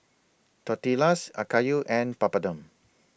Tortillas Okayu and Papadum